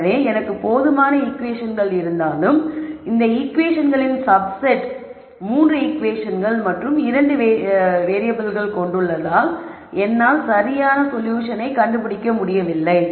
ஏனெனில் எனக்கு போதுமான ஈகுவேஷன்கள் இருந்தாலும் இந்த ஈகுவேஷன்களின் சப் செட் 3 ஈகுவேஷன்கள் மற்றும் 2 வேறியபிள்கள் கொண்டுள்ளதால் என்னால் சரியான சொல்யூஷனை கண்டுபிடிக்க முடியவில்லை